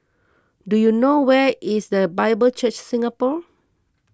do you know where is the Bible Church Singapore